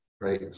right